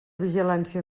vigilància